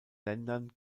ländern